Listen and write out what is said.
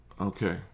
Okay